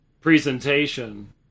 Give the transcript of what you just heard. presentation